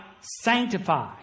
sanctify